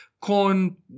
corn